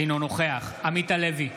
אינו נוכח עמית הלוי,